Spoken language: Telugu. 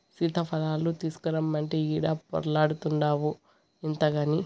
సీతాఫలాలు తీసకరమ్మంటే ఈడ పొర్లాడతాన్డావు ఇంతగని